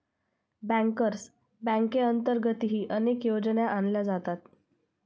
bankers बँकेअंतर्गतही अनेक योजना आणल्या जातात